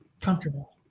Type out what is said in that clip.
comfortable